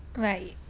right